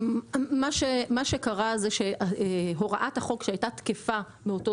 מה שקרה זה שהוראת החוק שהייתה תקפה מאותו